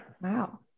Wow